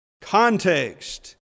Context